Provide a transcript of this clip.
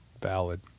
Valid